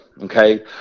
okay